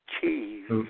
Cheese